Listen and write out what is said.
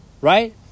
right